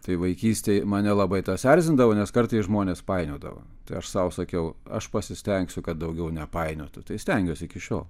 tai vaikystėj mane labai tas erzindavo nes kartais žmonės painiodavo tai aš sau sakiau aš pasistengsiu kad daugiau nepainiotų tai stengiuosi iki šiol